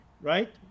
right